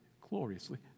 gloriously